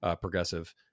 progressive